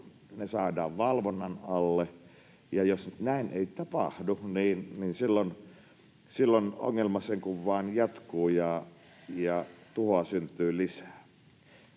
saadaan valvonnan alle. Jos näin ei tapahdu, niin silloin ongelma sen kuin vain jatkuu ja tuhoa syntyy lisää.